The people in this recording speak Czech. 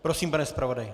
Prosím, pane zpravodaji.